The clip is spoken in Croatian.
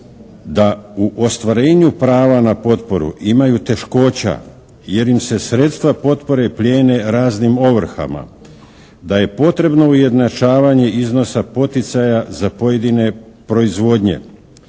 da u ostvarenju prava na potporu imaju teškoća jer im se sredstva potpore plijene raznim ovrhama, da je potrebno ujednačavanje iznosa poticaja za pojedine proizvodnje